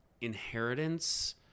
inheritance